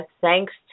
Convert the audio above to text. Thanks